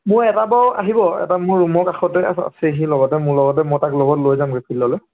মোৰ এটা বাৰু আহিব এটা মোৰ ৰুমত কাষতে আছে সি লগতে মোৰ লগতে মই তাক লগত লৈ যামগৈ ফিল্ডলৈ